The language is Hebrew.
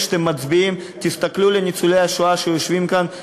כשאתם מצביעים תסתכלו בעיניים של ניצולי השואה שיושבים כאן,